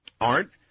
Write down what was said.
Art